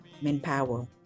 manpower